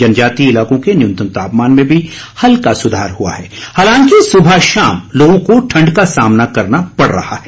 जनजातीय इलाकों के न्यूनतम तापमान में भी हल्का सुधार हुआ है हालांकि सुबह शाम लोगों को ठंड का सामना करना पड़ रहा है